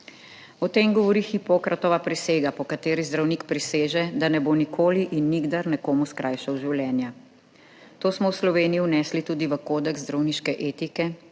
O tem govori Hipokratova prisega, po kateri zdravnik priseže, da ne bo nikoli in nikdar nekomu skrajšal življenja. To smo v Sloveniji vnesli tudi v Kodeks zdravniške etike,